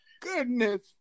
goodness